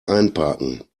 einparken